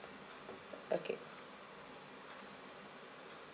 okay